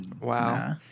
wow